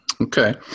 okay